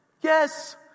Yes